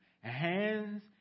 hands